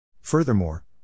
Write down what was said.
Furthermore